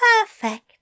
perfect